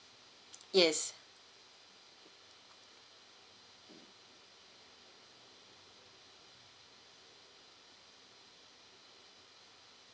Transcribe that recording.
yes